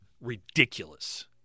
Ridiculous